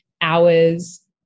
hours